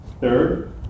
Third